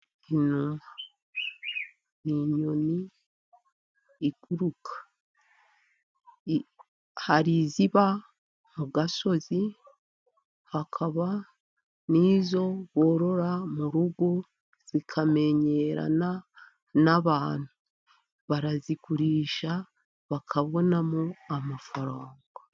Ino ni inyoni iguruka, hari iziba mu gasozi, hakaba n'izo borora mu rugo zikamenyerana n'abantu. Barazigurisha bakabonamo amafaranga.